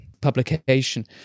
publication